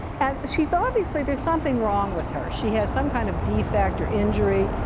and she's obviously, there's something wrong with her, she has some kind of defect or injury.